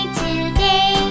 today